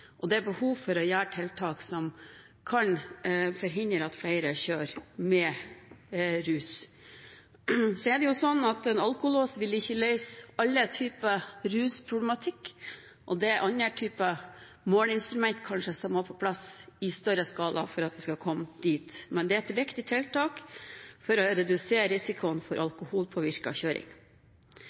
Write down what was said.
internasjonalt. Det er behov for å gjøre tiltak som kan forhindre at flere kjører med rus. Det er slik at en alkolås vil ikke løse alle typer rusproblematikk. Det er kanskje andre typer måleinstrument som må på plass i større skala for at en skal komme dit. Men det er et viktig tiltak for å redusere risikoen for alkoholpåvirket kjøring.